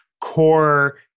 core